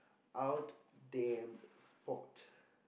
out damn sport